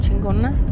Chingonas